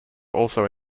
also